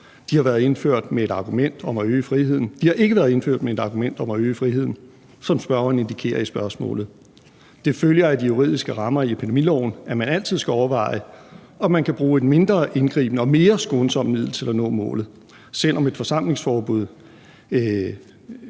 en alvorlig frygt for deres liv og helbred. De har ikke været indført med et argument om at øge friheden, som spørgeren indikerer i spørgsmålet. Det følger af de juridiske rammer i epidemiloven, at man altid skal overveje, om man kan bruge et mindre indgribende og mere skånsomt middel til at nå målet. Selv om et forsamlingsforbud